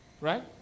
Right